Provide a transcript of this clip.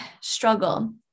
struggle